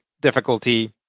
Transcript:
difficulty